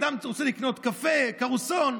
אדם רוצה לקנות קפה, קרואסון.